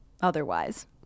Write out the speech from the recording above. otherwise